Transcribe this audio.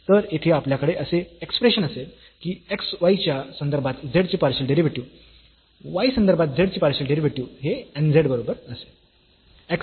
तर येथे आपल्याकडे असे एक्सप्रेशन असेल की x y च्या संदर्भात z चे पार्शियल डेरिव्हेटिव्ह y संदर्भात z चे पार्शियल डेरिव्हेटिव्ह हे nz बरोबर असेल